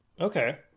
Okay